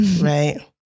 right